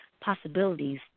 Possibilities